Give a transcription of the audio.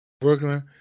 Brooklyn